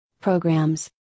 programs